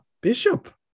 Bishop